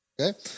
Okay